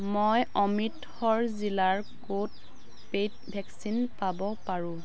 মই অমৃতসৰ জিলাৰ ক'ত পে'ইড ভেকচিন পাব পাৰোঁ